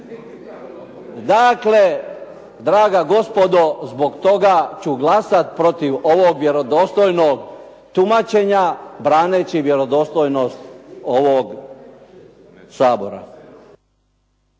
Dakle, draga gospodo zbog toga ću glasati protiv ovog vjerodostojnog tumačenja braneći vjerodostojnost ovog Sabora.